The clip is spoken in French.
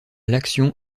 l’action